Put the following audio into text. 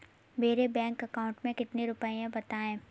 मेरे bank account में कितने रुपए हैं बताएँ?